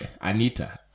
Anita